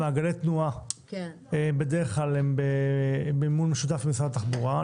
מעגלי תנועה הם במימון משותף עם משרד התחבורה,